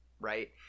right